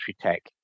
Tech